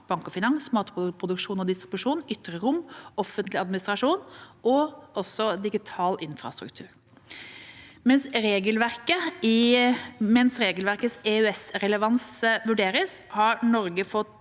bank og finans, matproduksjon og distribusjon, ytre rom, offentlig administrasjon og digital infrastruktur. Mens regelverkets EØS-relevans vurderes, har Norge fått